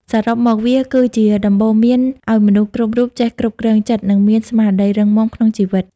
សរុបមក វាគឺជាដំបូន្មានឱ្យមនុស្សគ្រប់រូបចេះគ្រប់គ្រងចិត្ត និងមានស្មារតីរឹងមាំក្នុងជីវិត។